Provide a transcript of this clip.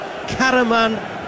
Karaman